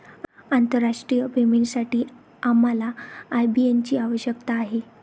आंतरराष्ट्रीय पेमेंटसाठी आम्हाला आय.बी.एन ची आवश्यकता आहे